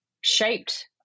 shaped